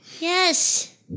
Yes